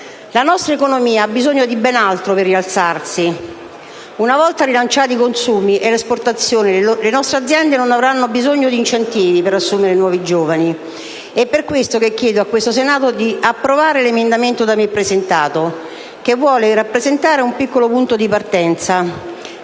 La nostra economia ha bisogno di ben altro per rialzarsi; una volta rilanciati i consumi e le esportazioni, le nostre aziende non avranno bisogno di incentivi per assumere nuovi giovani. E[]per questo che chiedo al Senato di approvare l’emendamento 1.213, da me presentato, che vuole rappresentare un piccolo punto di partenza